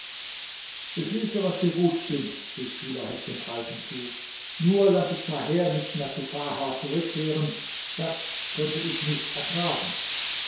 beschließe was dir gut dünkt rief schulahek dem alten zu nur lasse zaher nicht mehr zu farha zurückkehren das könnte ich nicht ertragen